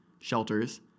shelters